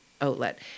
outlet